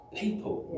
people